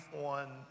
on